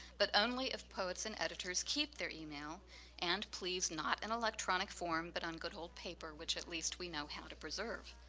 but only if poets and editors keep their email and please not in electronic form, but on good old paper, which at least we know how to preserve.